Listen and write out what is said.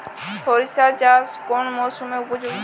সরিষা চাষ কোন মরশুমে উপযোগী?